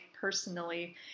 personally